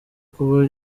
kuba